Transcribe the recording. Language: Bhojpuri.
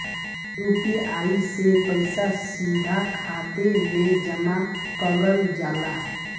यू.पी.आई से पइसा सीधा खाते में जमा कगल जाला